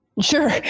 Sure